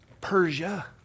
Persia